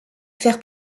faire